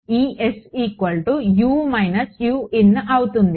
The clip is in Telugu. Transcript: Es U Uin అవుతుంది